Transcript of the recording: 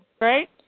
Right